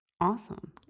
Awesome